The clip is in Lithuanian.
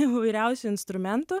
įvairiausių instrumentų